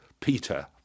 Peter